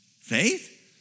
Faith